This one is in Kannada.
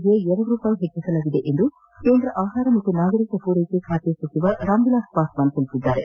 ಗೆ ಎರಡು ರೂಪಾಯಿ ಹೆಚ್ಚಿಸಲಾಗಿದೆ ಎಂದು ಕೇಂದ್ರ ಆಹಾರ ಮತ್ತು ನಾಗರಿಕ ಮೂರೈಕೆ ಸಚಿವ ರಾಮವಿಲಾಸ್ ಪಾಸ್ವಾನ್ ತಿಳಿಸಿದ್ದಾರೆ